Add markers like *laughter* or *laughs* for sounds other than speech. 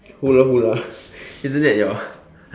hoola hoola *laughs* isn't that your